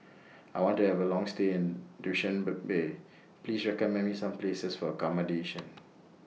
I want to Have A Long stay in Please recommend Me Some Places For accommodation